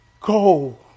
go